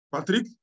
Patrick